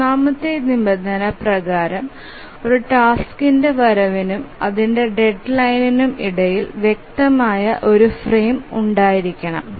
മൂന്നാമത്തെ നിബന്ധന പ്രകാരം ഒരു ടാസ്ക്കിന്റെ വരവിനും അതിന്റെ ഡെഡ്ലൈനിനും ഇടയിൽ വ്യക്തമായ ഒരു ഫ്രെയിം ഉണ്ടായിരിക്കണം